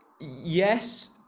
yes